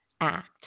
Act